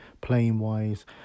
playing-wise